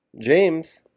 James